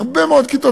הרבה מאוד כיתות.